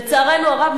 לצערנו הרב,